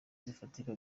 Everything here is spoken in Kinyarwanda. zifatika